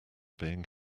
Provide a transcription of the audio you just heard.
being